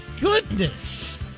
goodness